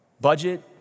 Budget